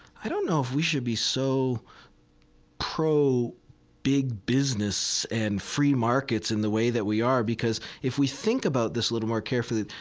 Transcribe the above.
i don't know if we should be so pro big business and free markets in the way that we are because, if we think about this a little more carefully,